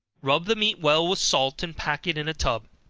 rub the meat well with salt, and pack it in a tub.